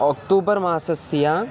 अक्टूबर् मासस्य